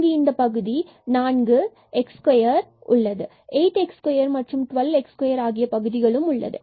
இங்கு இந்த பகுதி4 x2 உள்ளது 8 x2 மற்றும் 12 x2ஆகிய பகுதிகள் உள்ளது